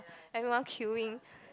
everyone queuing